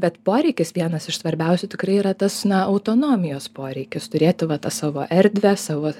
bet poreikis vienas iš svarbiausių tikrai yra tas na autonomijos poreikis turėtų vatą savo erdvę savo